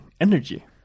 energy